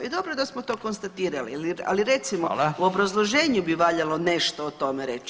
I dobro da smo to konstatirali, ali recimo u obrazloženju bi valjalo nešto o tome reći.